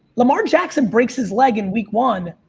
lamar jackson breaks his leg in week one.